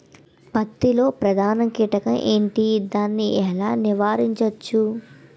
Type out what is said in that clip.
పత్తి లో ప్రధాన కీటకం ఎంటి? దాని ఎలా నీవారించచ్చు?